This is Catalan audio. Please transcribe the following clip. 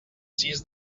sis